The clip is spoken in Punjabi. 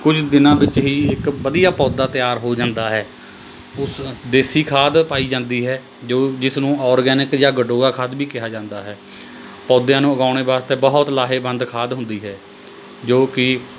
ਕੁਝ ਦਿਨਾਂ ਵਿੱਚ ਹੀ ਇੱਕ ਵਧੀਆ ਪੌਦਾ ਤਿਆਰ ਹੋ ਜਾਂਦਾ ਹੈ ਉਸ ਦੇਸੀ ਖਾਦ ਪਾਈ ਜਾਂਦੀ ਹੈ ਜੋ ਜਿਸ ਨੂੰ ਓਰਗੈਨਿਕ ਜਾਂ ਗੰਡੋਆ ਖਾਦ ਵੀ ਕਿਹਾ ਜਾਂਦਾ ਹੈ ਪੌਦਿਆਂ ਨੂੰ ਉਗਾਉਣ ਵਾਸਤੇ ਬਹੁਤ ਲਾਹੇਵੰਦ ਖਾਦ ਹੁੰਦੀ ਹੈ ਜੋ ਕਿ